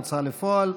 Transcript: ההוצאה לפועל.